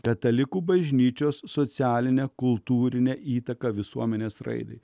katalikų bažnyčios socialinę kultūrinę įtaką visuomenės raidai